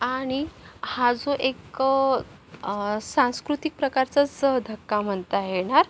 आणि हा जो एक सांस्कृतिक प्रकारचाच धक्का म्हणता येणार